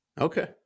Okay